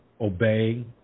obey